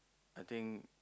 I think